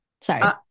Sorry